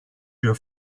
your